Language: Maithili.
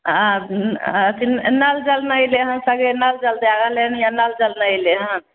अथि नल जल नहि दै हइ सगरे नल जल दै रहले एनीए नल जल नहि अयलै हन